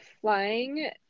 flying